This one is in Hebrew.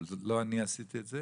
אבל לא אני עשיתי את זה